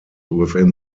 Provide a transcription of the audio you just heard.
within